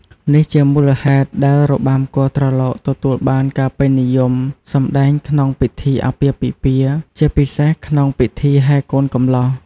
នេះជាមូលហេតុដែលរបាំគោះត្រឡោកទទួលបានការពេញនិយមសម្តែងក្នុងពិធីអាពាហ៍ពិពាហ៍ ជាពិសេសក្នុងពិធីហែកូនកំលោះ។